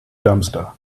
dumpster